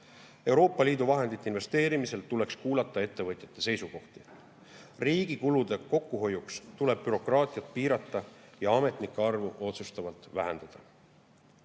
Euroopa Liidu vahendite investeerimisel tuleks kuulata ettevõtjate seisukohti. Riigi kulude kokkuhoiuks tuleb bürokraatiat piirata ja ametnike arvu otsustavalt vähendada.